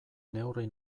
neurri